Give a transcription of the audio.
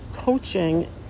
Coaching